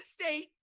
State